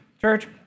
church